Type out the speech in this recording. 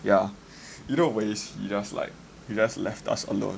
yeah he just like he just like left us alone